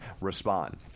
respond